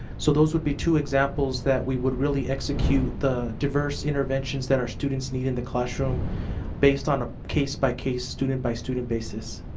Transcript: so those would be two examples that we would really execute the diverse interventions that our students need in the classroom based on a case by case, student by student basis.